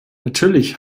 natürlich